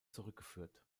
zurückgeführt